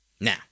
Now